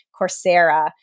Coursera